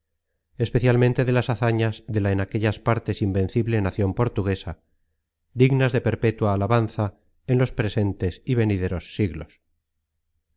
especialmente de las hazañas de la en aquellas partes invencible nacion portuguesa dignas de perpétua alabanza en los presentes y venideros siglos